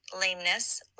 lameness